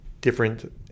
different